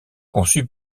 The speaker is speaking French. conçus